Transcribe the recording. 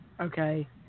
okay